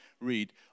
read